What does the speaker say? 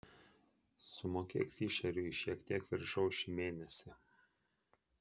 sumokėk fišeriui šiek tiek viršaus šį mėnesį